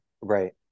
Right